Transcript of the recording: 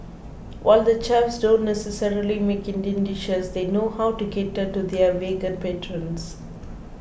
while the chefs don't necessarily make Indian dishes they know how to cater to their vegan patrons